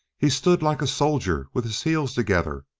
he stood like a soldier with his heels together,